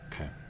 Okay